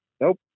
Nope